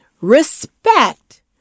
Respect